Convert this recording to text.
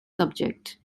subject